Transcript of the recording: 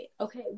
okay